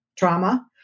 trauma